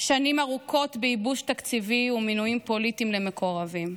שנים ארוכות בייבוש תקציבי ובמינויים פוליטיים למקורבים.